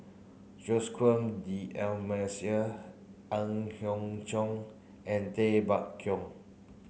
Joaquim Ang Hiong Chiok and Tay Bak Koi